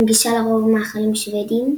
המגישה לרוב מאכלים שוודיים,